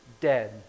dead